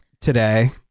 today